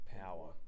power